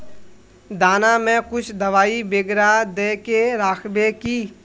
दाना में कुछ दबाई बेगरा दय के राखबे की?